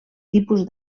tipus